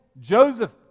Joseph